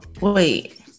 wait